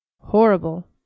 Horrible